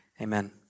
Amen